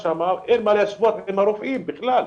אין מה להשוות את השכר שם לשכר הרופאים בכלל.